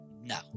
no